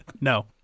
No